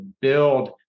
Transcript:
build